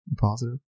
positive